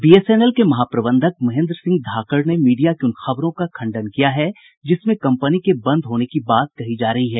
BSNL के महाप्रबंधक महेंद्र सिंह धाकड़ ने मीडिया की उन खबरों का खंडन किया है जिसमें कंपनी के बंद होने की बात कही जा रही है